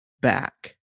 back